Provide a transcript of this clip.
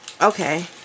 Okay